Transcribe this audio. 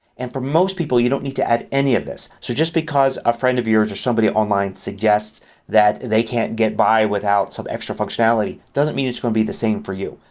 and for most people you don't need to add any of this. so just because a friend of yours or somebody online suggests that they can't get by without some extra functionality doesn't mean it will be the same for you.